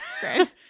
Great